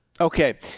Okay